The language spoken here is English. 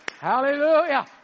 Hallelujah